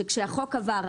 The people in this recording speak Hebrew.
שכשהחוק עבר,